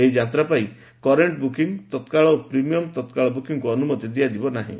ଏହି ଯାତ୍ରା ପାଇଁ କରେଣ୍ଟ ବୁକିଂ ତତ୍କାଳ ଓ ପ୍ରିମିୟମ୍ ତତ୍କାଳ ବୁକିଂକୁ ଅନୁମତି ଦିଆଯିବ ନାହିଁ